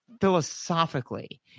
philosophically